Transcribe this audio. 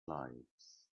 lives